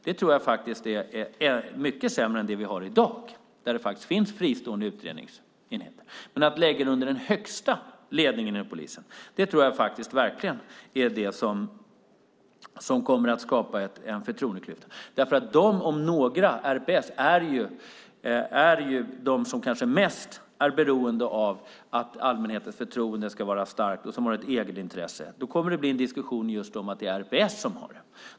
Det tror jag är mycket sämre än det vi har i dag, ett system där det ändå finns fristående utredningsenheter. Men att lägga det under den högsta ledningen inom polisen tror jag verkligen kommer att skapa en förtroendeklyfta. De om några är bäst och är de som kanske mest är beroende av att allmänhetens förtroende är starkt och som har ett egenintresse. Det kommer att bli en diskussion om att det är RPS som har det.